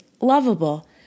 lovable